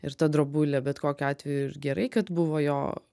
ir ta drobulė bet kokiu atveju ir gerai kad buvo jo